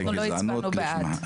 אנחנו לא הצבענו בעד.